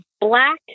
black